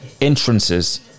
entrances